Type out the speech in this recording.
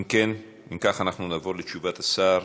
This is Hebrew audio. אם כך, אנחנו נעבור לתשובת השר,